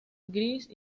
gris